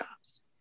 jobs